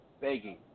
begging